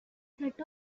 set